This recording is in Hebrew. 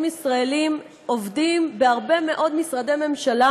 ישראלים עובדים בהרבה מאוד משרדי ממשלה